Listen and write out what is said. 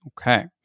Okay